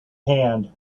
hand